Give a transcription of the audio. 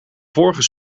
vorige